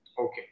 Okay